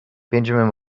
benjamin